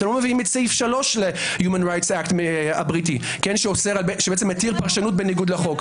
לא מביאים את סעיף 3 הבריטי שמתיר פרשנות בניגוד לחוק.